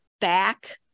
back